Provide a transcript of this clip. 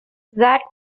that